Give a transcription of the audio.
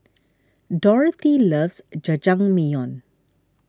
Dorothy loves Jajangmyeon